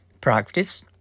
practice